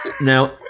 Now